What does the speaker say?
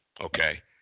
Okay